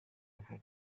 had